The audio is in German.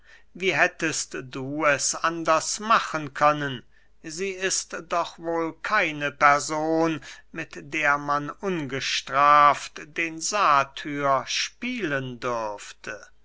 wie hättest du es anders machen können sie ist doch wohl keine person mit der man ungestraft den satyr spielen dürfte